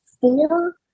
four